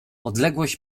odległość